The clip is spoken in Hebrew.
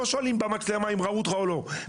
לא שואלים במצלמה אם ראו אותך או לא,